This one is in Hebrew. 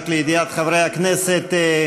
רק לידיעת חברי הכנסת,